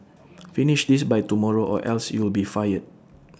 finish this by tomorrow or else you'll be fired